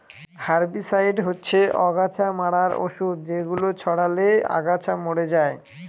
herbicide হচ্ছে অগাছা মারার ঔষধ যেগুলো ছড়ালে আগাছা মরে যায়